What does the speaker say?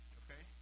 okay